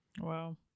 Wow